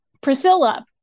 Priscilla